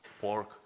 pork